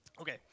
Okay